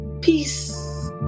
Peace